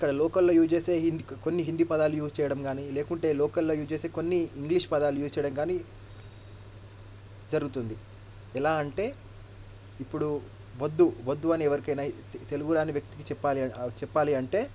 ఇక్కడ లోకల్లో యూస్ చేసే కొన్ని హిందీ పదాలు యూస్ చేయడం గానీ లేకుంటే లోకల్లో యూస్ చేసే కొన్ని ఇంగ్లీష్ పదాలు యూస్ చేయడం గానీ జరుగుతుంది ఎలా అంటే ఇప్పుడు వద్దు వద్దు అని ఎవరికైనా తెలుగు రాని వ్యక్తికి చెప్పా చెప్పాలి అంటే